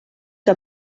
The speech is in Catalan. que